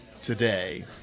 today